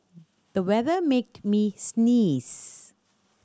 the weather made me sneeze